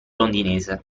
londinese